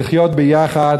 לחיות ביחד,